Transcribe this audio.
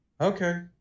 Okay